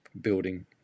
building